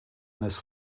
this